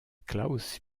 klaus